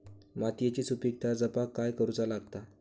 मातीयेची सुपीकता जपाक काय करूचा लागता?